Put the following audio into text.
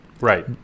Right